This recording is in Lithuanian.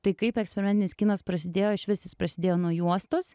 tai kaip eksperimentinis kinas prasidėjo išvis jis prasidėjo nuo juostos